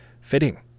fitting